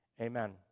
Amen